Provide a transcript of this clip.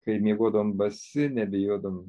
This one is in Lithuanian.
kai miegodavom basi nebijodavom